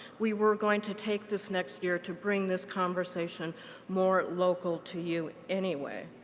we were going to take this next year to bring this conversation more local to you anyway.